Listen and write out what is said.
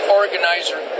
organizer